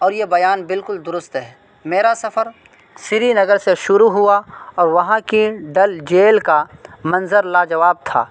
اور یہ بیان بالکل درست ہے میرا سفر سری نگر سے شروع ہوا اور وہاں کی ڈل جھیل کا منظر لاجواب تھا